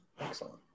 Excellent